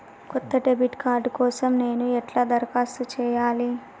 కొత్త debit card కోసం నేను ఎట్లా దరఖాస్తు చేయాలి?